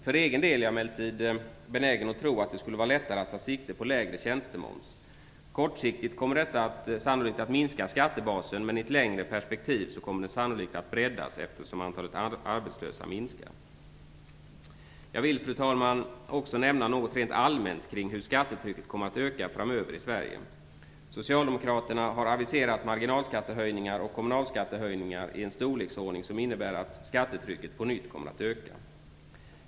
För egen del är jag emellertid benägen att tro att det skulle vara lättare att ta sikte på lägre tjänstemoms. Kortsiktigt kommer detta sannolikt att minska skattebasen, men i ett längre perspektiv kommer den sannolikt att breddas eftersom antalet arbetslösa minskar. Jag vill, fru talman, också nämna något rent allmänt kring hur skattetrycket kan komma att öka i Sverige framöver. Socialdemokraterna har aviserat marginalskattehöjningar och kommunalskattehöjningar i en storleksordning som innebär att skattetrycket på nytt kommer att öka.